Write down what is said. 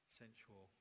sensual